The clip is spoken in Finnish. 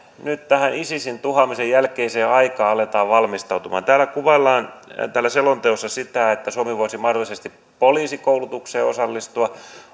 nyt tähän isisin tuhoamisen jälkeiseen aikaan aletaan valmistautumaan täällä selonteossa kuvaillaan sitä että suomi voisi mahdollisesti poliisikoulutukseen osallistua